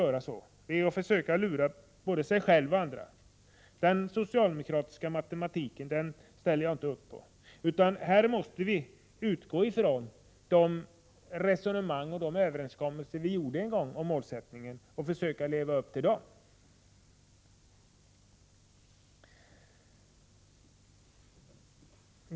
Det är ett sätt att försöka lura både sig själv och andra. Den socialdemokratiska matematiken ställer jag inte upp på. Vi måste utgå från de överenskommelser som en gång träffades om målsättningen och försöka leva upp till dem.